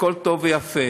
הכול טוב ויפה,